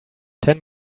ten